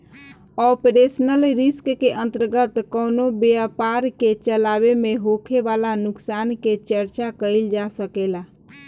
operational risk के अंतर्गत कवनो व्यपार के चलावे में होखे वाला नुकसान के चर्चा कईल जा सकेला